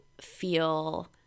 feel